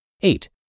Eight